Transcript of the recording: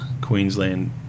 Queensland